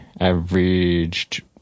averaged